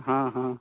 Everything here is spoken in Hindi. हाँ हाँ